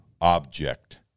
object